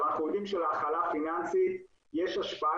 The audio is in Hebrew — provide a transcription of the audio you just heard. אנחנו יודעים שלהכלה הפיננסית יש השפעה